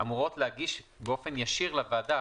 אמורות להגיש באופן ישיר לוועדה